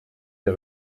des